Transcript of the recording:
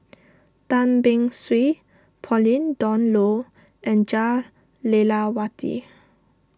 Tan Beng Swee Pauline Dawn Loh and Jah Lelawati